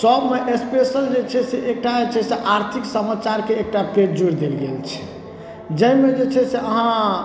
सभमे स्पेशल जे छै से एकटा जे छै से आर्थिक समाचारके एकटा पेज जोड़ि देल गेल छै जाहिमे जे छै से अहाँ